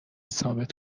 ثابت